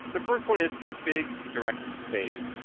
the first one is config direct save.